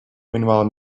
meanwhile